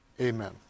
Amen